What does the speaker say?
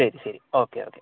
ശരി ശരി okay okay